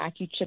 AccuChip